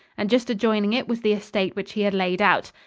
and just adjoining it was the estate which he had laid out.